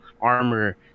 armor